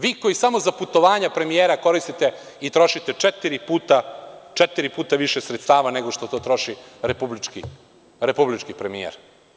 Vi koji samo za putovanja premijera koristite i trošite četiri puta više sredstava nego što to troši republički premijer.